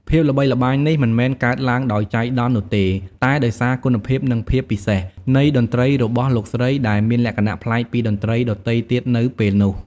ភាពល្បីល្បាញនេះមិនមែនកើតឡើងដោយចៃដន្យនោះទេ តែដោយសារ គុណភាព និងភាពពិសេស នៃតន្ត្រីរបស់លោកស្រី ដែលមានលក្ខណៈប្លែកពីតន្ត្រីដទៃទៀតនៅពេលនោះ។